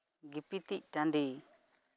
ᱜᱤᱯᱤᱛᱤᱡ ᱴᱟᱺᱰᱤ